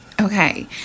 Okay